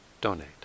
donate